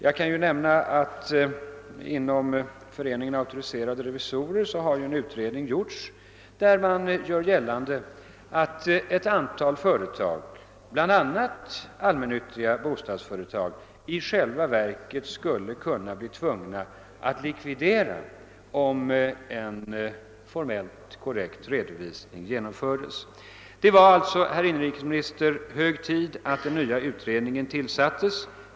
Jag kan nämna att det inom Föreningen Auktoriserade revisorer gjorts en utredning enligt vilken ett antal företag, bl.a. allmännyttiga bostadsföretag, i själva verket skulle kunna bli tvungna att likvidera, om en formell korrekt redovisning genomfördes. Det var alltså på tiden, herr inrikesminister, att en sakkunnig tillsattes.